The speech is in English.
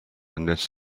unless